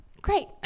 Great